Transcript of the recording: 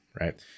right